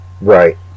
Right